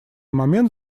момент